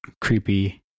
creepy